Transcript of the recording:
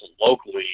locally